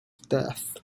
death